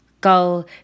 Gull